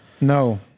No